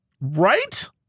Right